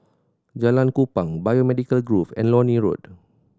Jalan Kupang Biomedical Grove and Lornie Road